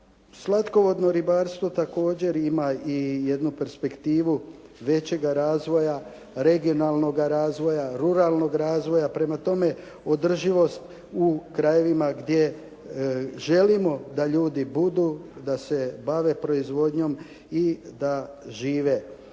Slatkovodno ribarstvo također ima i jednu perspektivu većega razvoja, regionalnoga razvoja, ruralnog razvoja, prema tome održivost u krajevima gdje želimo da ljudi budu, da se bave proizvodnjom i da žive.